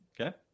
Okay